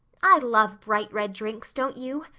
i love bright red drinks, don't you?